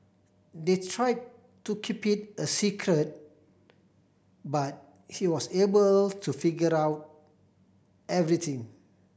they tried to keep it a secret but he was able to figure out everything